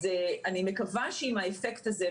אז אני מקווה שעם האפקט הזה,